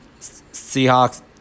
Seahawks